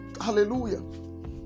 Hallelujah